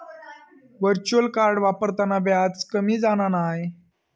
virtual card वापरताना व्याज कमी जाणा नाय